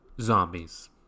zombies